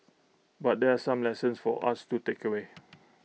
but there are some lessons for us to takeaway